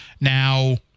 now